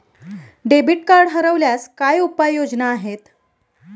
Debit card हरवल्यास काय उपाय योजना आहेत?